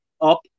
up